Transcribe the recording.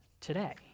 today